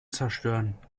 zerstören